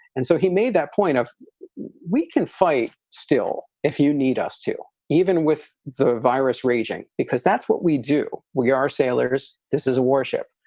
and so he made that point. we can fight still if you need us to. even with the virus raging, because that's what we do. we are sailors. this is a warship.